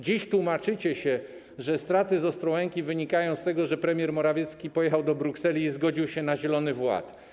Dziś tłumaczycie, że straty w przypadku Ostrołęki wynikają z tego, że premier Morawiecki pojechał do Brukseli i zgodził się na zielony ład.